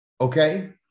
Okay